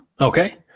Okay